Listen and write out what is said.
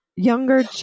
younger